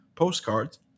postcards